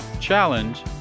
challenge